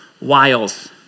Wiles